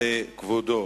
וזה כבודו.